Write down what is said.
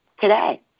today